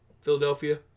Philadelphia